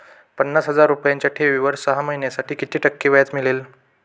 पन्नास हजार रुपयांच्या ठेवीवर सहा महिन्यांसाठी किती टक्के व्याज मिळेल?